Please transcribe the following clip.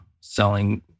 selling